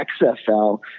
XFL